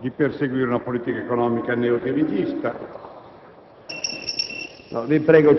di perseguire una politica economica neodirigista...